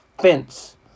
fence